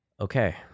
Okay